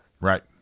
right